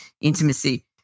intimacy